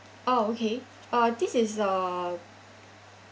oh okay uh this is uh